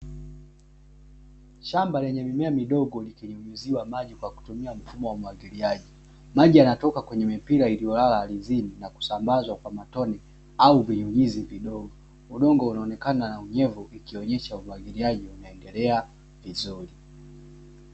Shamba lenye mimea midogo likinyunyuziwa maji kwa kutumia mfumo wa umwagiliaji, maji yanatoka kwenye mipira iliyolaa ardhini na kusambazwa kwa matone au vinyunyuzi vidogo, udongo unaonekana una unyevu ukionyesha umwagiliaji unaendelea vizuri.